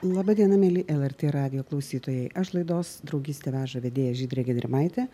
laba diena mieli lrt radijo klausytojai aš laidos draugystė veža vedėja žydrė gedrimaitė